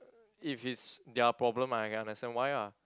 if it's their problem I can understand why ah